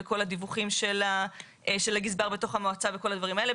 כל הדיווחים של הגזבר במועצה וכל הדברים האלה,